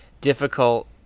difficult